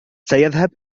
سيذهب